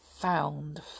found